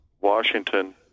Washington